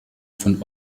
von